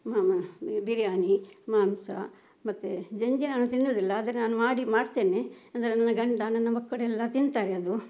ಮಾಮ ಈ ಬಿರಿಯಾನಿ ಮಾಂಸ ಮತ್ತೆ ಜೆಂಜಿ ನಾನು ತಿನ್ನುವುದಿಲ್ಲ ಆದರೆ ನಾನು ಮಾಡಿ ಮಾಡ್ತೇನೆ ಅಂದರೆ ನನ್ನ ಗಂಡ ನನ್ನ ಮಕ್ಕಳೆಲ್ಲ ತಿಂತಾರೆ ಅದು